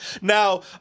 Now